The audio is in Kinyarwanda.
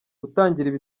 gutangirira